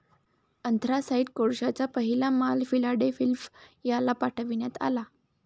anthracite कोळशाचा पहिला माल फिलाडेल्फियाला पाठविण्यात आला